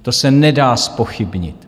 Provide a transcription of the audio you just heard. To se nedá zpochybnit.